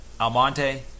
Almonte